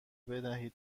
بدهید